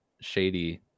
shady